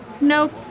Nope